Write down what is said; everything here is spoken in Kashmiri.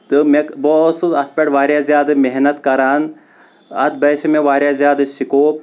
تہٕ مےٚ بہٕ اوسُس اتھ پٮ۪ٹھ واریاہ زیادم محنت کران اتھ باسیو مےٚ واریاہ زیادٕ سِکوپ